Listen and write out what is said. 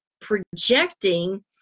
projecting